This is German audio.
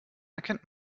erkennt